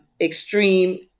extreme